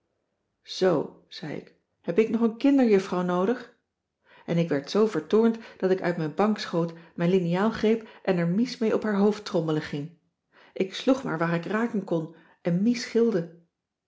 zoo zei ik heb ik nog een kinderjuffrouw noodig en ik werd zoo vertoornd dat ik uit mijn bank schoot mijn liniaal greep en er mies mee op haar hoofd trommelen ging ik sloeg maar waar ik raken kon en mies gilde